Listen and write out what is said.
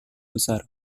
besar